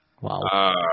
Wow